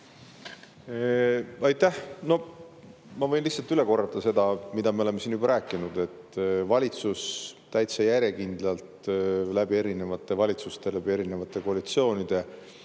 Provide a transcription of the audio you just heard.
Aitäh! Ma võin lihtsalt üle korrata seda, mida me oleme siin juba rääkinud, et valitsus täitsa järjekindlalt läbi erinevate valitsuste, läbi erinevate koalitsioonide,